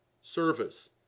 service